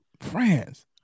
France